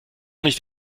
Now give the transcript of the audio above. nicht